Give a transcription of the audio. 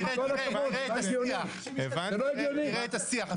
--- תראה, תראה את השיח.